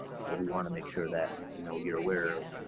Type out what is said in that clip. so we want to make sure that you know you're aware of,